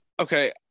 okay